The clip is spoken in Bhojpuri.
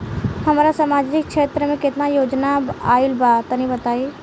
हमरा समाजिक क्षेत्र में केतना योजना आइल बा तनि बताईं?